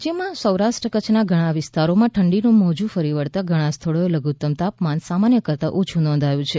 રાજ્યના સૌરાષ્ટ્ર કચ્છના ઘણા વિસ્તારોમાં ઠંડીનું મોજું ફરી વળતા ઘણા સ્થળોએ લધુત્તમ તાપમાન સામાન્ય કરતાં ઓછું નોંધાયું છે